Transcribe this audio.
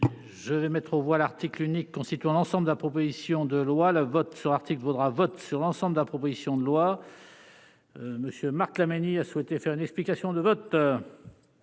je vais mettre aux voix l'article unique constituant l'ensemble de la proposition de loi, le vote sur l'article vaudra vote sur l'ensemble de la proposition de loi. Monsieur Marc Laménie a souhaité faire une explication de vote.